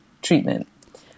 treatment